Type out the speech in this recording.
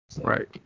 Right